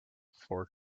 for